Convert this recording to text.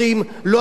לא העורכים,